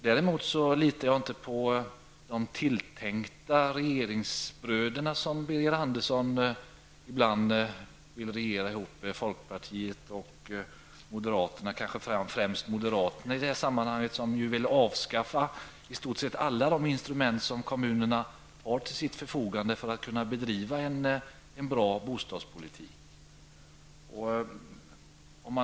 Däremot litar jag inte på Birger Anderssons tilltänkta regeringsbröder folkpartiet och moderaterna -- i det här sammanhanget kanske främst moderaterna, som ju vill avskaffa i stort sett alla de instrument som kommunerna har till sitt förfogande för att kunna bedriva en bra bostadspolitik.